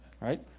right